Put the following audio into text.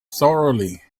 thoroughly